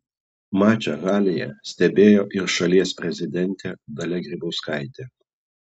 mačą halėje stebėjo ir šalies prezidentė dalia grybauskaitė